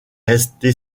restée